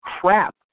crap